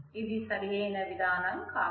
ఇది సరియైన విధానం కాదు